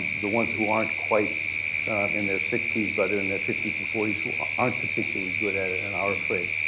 the ones who aren't quite in their sixty s, but in their fifty s and forty s who aren't particularly good at it and are afraid.